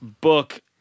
book